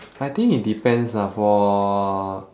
I think it depends ah for